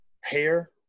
hair